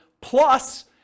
plus